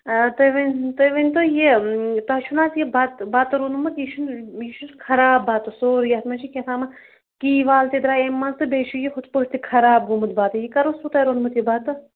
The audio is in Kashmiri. آ تُہۍ ؤنۍ تُہۍ ؤنتو یہِ تۄہہِ چھُنہٕ حظ یہِ بَتہٕ بَتہٕ روٚنمُت یہِ چھُنہٕ یہِ چھُ خراب بَتہٕ سورُے یَتھ منٛز چھِ کیاہ تھامَتھ کی وال تہِ درٛایہِ امہِ منٛز تہٕ بیٚیہِ چھُ یہِ ہُتھ پٲٹھۍ تہِ خراب گوٚمُت بَتہٕ یہِ کَر اوسوٕ تۄہہِ روٚنمُت یہِ بَتہٕ